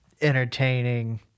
entertaining